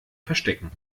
verstecken